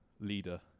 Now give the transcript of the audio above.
leader